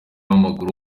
w’amaguru